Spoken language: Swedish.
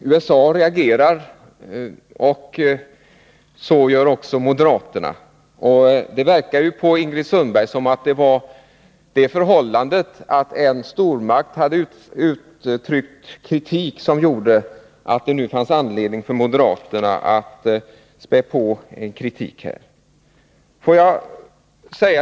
Herr talman! USA reagerar, och så gör också moderaterna. Det verkade på Ingrid Sundberg som om det var just detta att en stormakt uttryckt kritik som gav moderaterna anledning att spä på med ytterligare kritik.